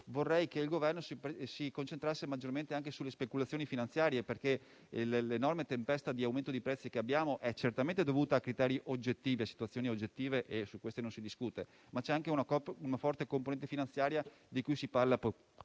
Vorrei che il Governo si concentrasse maggiormente anche sulle speculazioni finanziarie, perché l'enorme tempesta di aumento di prezzi che abbiamo è certamente dovuta a situazioni oggettive (su questo non si discute), ma c'è anche una forte componente finanziaria di cui si parla